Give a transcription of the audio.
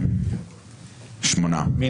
מי